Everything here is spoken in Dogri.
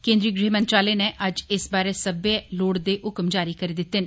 केन्द्री गृह मंत्रालय नै अज्ज इस बारै सब्बै लोड़दे हुक्म जारी करी दिते न